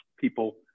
people